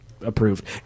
approved